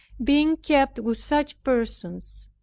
being kept with such persons,